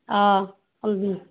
অঁ ওলাবি